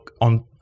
on